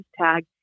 tag